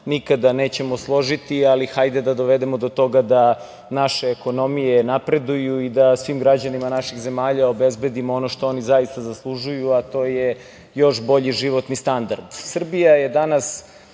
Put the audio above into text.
nikada nećemo složiti, ali hajde da dovedemo do toga da naše ekonomije napreduju i da svim građanima naših zemalja obezbedimo ono što oni zaista zaslužuju, a to je još bolji životni standard. Srbija